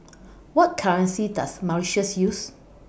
What currency Does Mauritius use